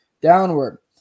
downward